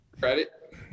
credit